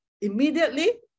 immediately